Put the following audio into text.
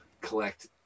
collect